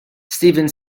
steven